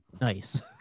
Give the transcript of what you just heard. Nice